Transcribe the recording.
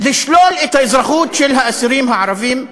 לשלול את האזרחות של האסירים הערבים,